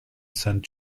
saint